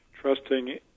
trusting